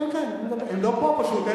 הם לא פה פשוט.